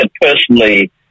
personally